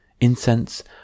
incense